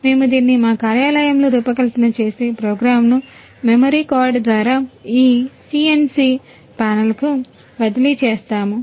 మేము దీన్ని మా కార్యాలయంలో రూపకల్పన చేసి ప్రోగ్రామ్ను మెమరీ కార్డ్ ద్వారా ఈ సిఎన్సి ప్యానెల్కు బదిలీ చేస్తాము